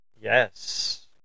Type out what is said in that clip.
Yes